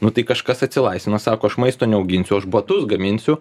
nu tai kažkas atsilaisvina sako aš maisto neauginsiu aš batus gaminsiu